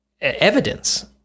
evidence